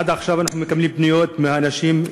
עד עכשיו אנחנו מקבלים פניות מאנשים,